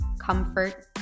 comfort